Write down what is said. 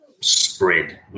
spread